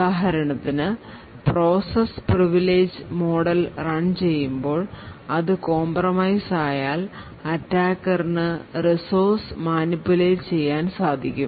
ഉദാഹരണത്തിന് process privilege model run ചെയ്യുമ്പോൾ അത് കോംപ്രമൈസ് ആയാൽ അറ്റാക്കറിന് റിസോഴ്സസ് manipulate ചെയ്യാൻ സാധിക്കും